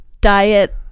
diet